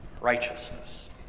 righteousness